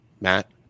Matt